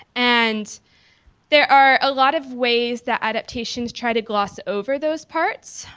and there are a lot of ways that adaptations try to gloss over those parts,